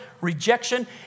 rejection